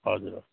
हजुर हजुर